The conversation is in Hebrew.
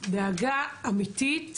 דאגה אמיתית